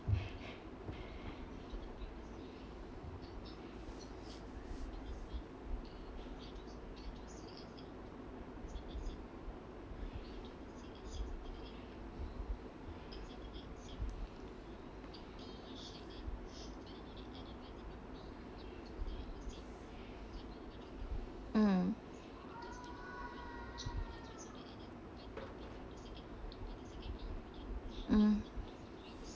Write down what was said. mm mm